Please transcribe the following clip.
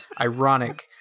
ironic